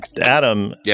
Adam